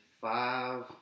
five